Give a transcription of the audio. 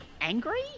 Angry